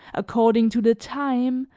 according to the time,